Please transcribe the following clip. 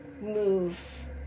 move